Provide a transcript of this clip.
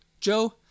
Joe